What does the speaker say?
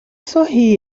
sorri